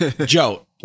Joe